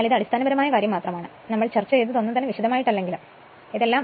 എന്നാൽ ഇത് അടിസ്ഥാനപരമായ കാര്യം മാത്രമാണ് നമ്മൾ ചർച്ച ചെയ്തത് ഒന്നും വിശദമായി അല്ല